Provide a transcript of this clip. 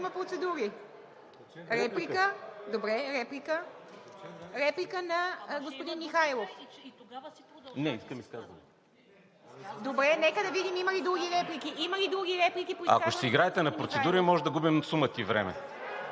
Ако ще си играете на процедури, може да губим сума ти време.